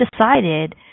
decided